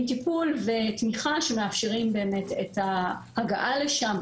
עם טיפול ותמיכה שמאפשרים את ההגעה לשם,